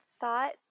thought